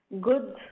good